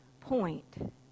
point